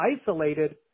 isolated